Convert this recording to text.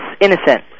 innocent